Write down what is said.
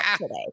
today